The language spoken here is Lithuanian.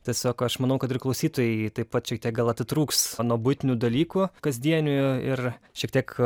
tiesiog aš manau kad ir klausytojai taip pat šiek tiek gal atitrūks nuo buitinių dalykų kasdienių ir šiek tiek